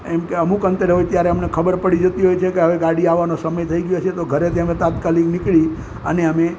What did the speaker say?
એમકે અમુક અંતર હોય ત્યારે અમને ખબર પડી જતી હોય છે કે હવે ગાડી આવવાનો સમય થઈ ગયો છે તો ઘરેથી અમે તાત્કાલિક નીકળી અને અમે